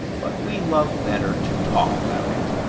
but we love better to talk about it